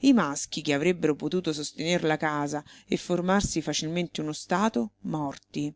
i maschi che avrebbero potuto sostener la casa e formarsi facilmente uno stato morti